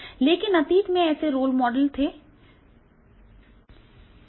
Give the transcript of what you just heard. लेकिन अतीत में ऐसे रोल मॉडल थे जो विश्वसनीय और जानकार थे